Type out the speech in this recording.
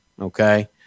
okay